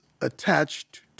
attached